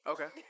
Okay